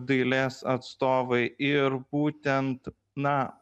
dailės atstovai ir būtent na